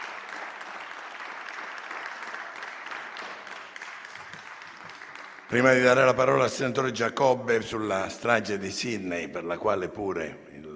Grazie,